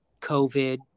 COVID